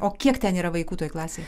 o kiek ten yra vaikų toj klasėj